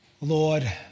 Lord